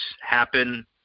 happen